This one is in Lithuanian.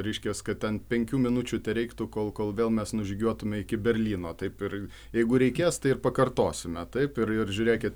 reiškias kad ten penkių minučių tereiktų kol kol vėl mes nužygiuotume iki berlyno taip ir jeigu reikės tai ir pakartosime taip ir ir žiūrėkit